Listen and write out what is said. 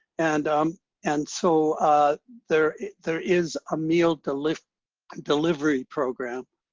and um and so there there is a meal delivery delivery program